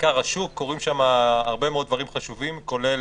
כיכר השוק, קורים שם הרבה מאוד דברים חשובים, כולל